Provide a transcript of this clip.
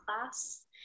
class